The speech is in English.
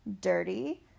dirty